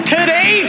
Today